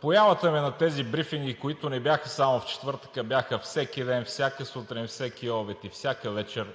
появата ми на тези брифинги, които не бяха само в четвъртък, а бяха всеки ден – всяка сутрин, всеки обед и всяка вечер,